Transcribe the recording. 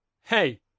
hey